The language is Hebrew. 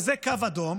וזה קו אדום,